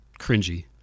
cringy